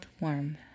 warm